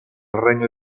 regno